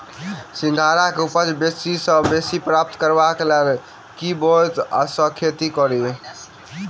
सिंघाड़ा केँ उपज बेसी सऽ बेसी प्राप्त करबाक लेल केँ ब्योंत सऽ खेती कड़ी?